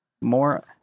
More